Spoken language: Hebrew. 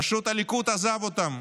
פשוט הליכוד עזב אותם.